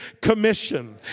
Commission